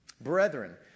Brethren